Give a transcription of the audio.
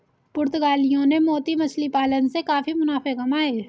पुर्तगालियों ने मोती मछली पालन से काफी मुनाफे कमाए